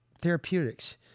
therapeutics